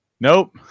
Nope